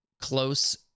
close